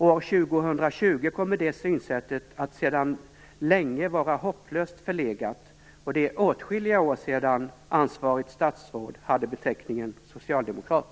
Är 2020 kommer det synsättet att sedan länge vara hopplöst förlegat, och det är åtskilliga år sedan ansvarigt statsråd hade beteckningen socialdemokrat.